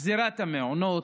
גזרת המעונות,